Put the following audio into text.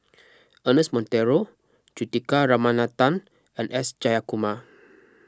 Ernest Monteiro Juthika Ramanathan and S Jayakumar